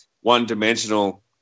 one-dimensional